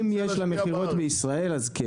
אם יש לה מכירות בישראל, אז כן.